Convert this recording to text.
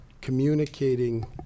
communicating